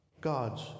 God's